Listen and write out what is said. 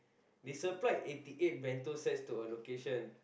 they supplied eighty eight bento sets to a location